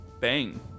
bang